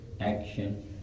action